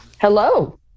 Hello